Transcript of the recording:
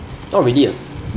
not really ah